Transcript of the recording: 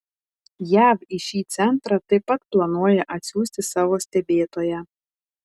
jav į šį centrą taip pat planuoja atsiųsti savo stebėtoją